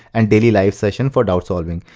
and daily live sessions for doubt solving.